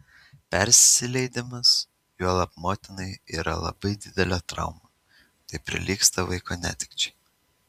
persileidimas juolab motinai yra labai didelė trauma tai prilygsta vaiko netekčiai